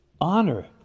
honor